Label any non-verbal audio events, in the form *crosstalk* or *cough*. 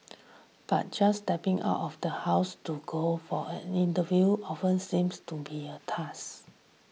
but just stepping out of the house to go for an interview often seems to be a *unintelligible*